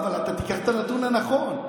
לא, אבל תיקח את הנתון הנכון.